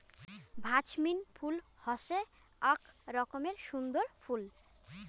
jasmine ফুল হসে আক রকমের সুন্দর ফুল